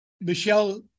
Michelle